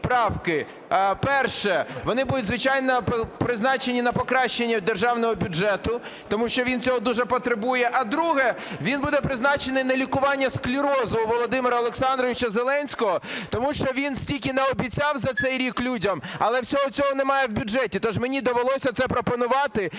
Перше. Вони будуть, звичайно, призначені на покращення державного бюджету, тому що він цього дуже потребує. А друге, він буде призначений на лікування склерозу у Володимира Олександровича Зеленського. Тому що він стільки наобіцяв за цей рік людям, але всього цього немає в бюджеті, тож мені довелося це пропонувати.